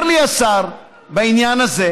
אומר לי השר בעניין הזה